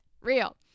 real